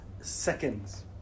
seconds